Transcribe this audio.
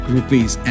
Rupees